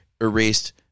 erased